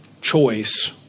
choice